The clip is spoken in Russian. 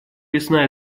весна